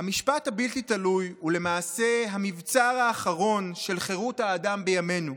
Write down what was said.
"המשפט הבלתי-תלוי הוא למעשה המבצר האחרון של חירות האדם בימינו.